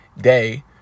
day